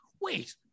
wait